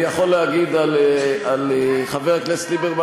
אני יכול להגיד על חבר הכנסת ליברמן